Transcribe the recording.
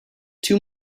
two